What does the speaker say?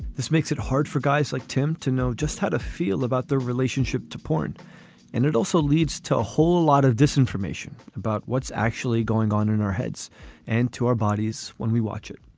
this makes it hard for guys like tim to know just how to feel about their relationship to porn and it also leads to a whole lot of disinformation about what's actually going on in our heads and to our bodies when we watch it